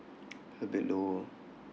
a bit low